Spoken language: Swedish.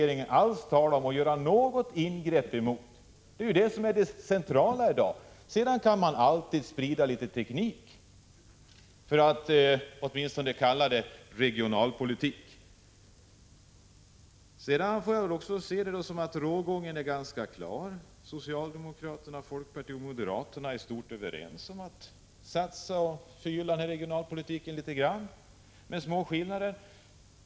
1985/86:148 regeringen alls tala om och göra något ingrepp mot — det är det centrala. 22 maj 1986 Sedan kan man alltid sprida litet teknik, för att åtminstone kalla det regionalpolitik. Rågången är ganska tydlig. Socialdemokraterna, folkpartiet och moderaterna är i stort överens — det finns små skillnader — om att satsa litet för att förgylla regionalpolitiken.